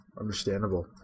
understandable